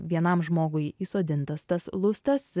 vienam žmogui įsodintas tas lustas